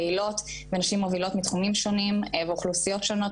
פעילות ונשים מובילות מתחומים שונים ואוכלוסיות שונות,